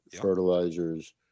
fertilizers